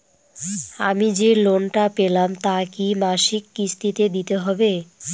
আমি যে লোন টা পেলাম তা কি মাসিক কিস্তি তে দিতে হবে?